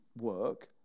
work